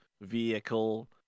vehicle